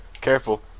Careful